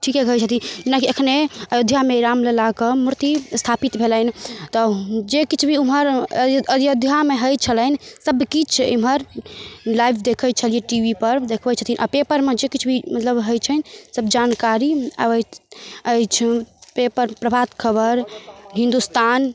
ठीके कहै छथिन जेनाकि एखने अयोध्यामे रामललाके मूर्ति स्थापित भेलनि तब जे किछु भी ओम्हर अयोध्यामे होइ छलनि सबकिछु एम्हर लाइव देखै छलिए टी वी पर देखबै छथिन आओर पेपरमे जे किछु भी मतलब होइ छनि सब जानकारी अबैत अछि पेपर प्रभात खबर हिन्दुस्तान